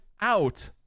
out